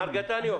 מר גטניו.